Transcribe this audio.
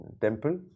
temple